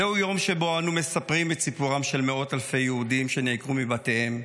זהו יום שבו אנו מספרים את סיפורם של מאות אלפי יהודים שנעקרו מבתיהם,